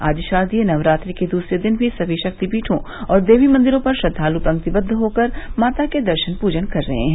आज शारदीय नवरात्र के दूसरे दिन भी सभी शक्तिपीवे और देवी मंदिरों पर श्रद्वालु पंक्तिबद्ध होकर माता के दर्शन पूजन कर रहे हैं